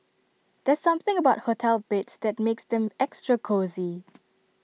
there's something about hotel beds that makes them extra cosy